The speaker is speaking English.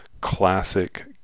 classic